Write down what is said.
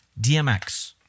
DMX